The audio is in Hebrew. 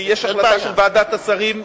כי יש החלטה של ועדת השרים.